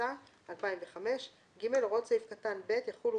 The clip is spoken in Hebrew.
התשס"ה 2005. (ג)הוראות סעיף קטן (ב) יחולו